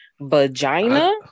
Vagina